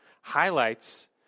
highlights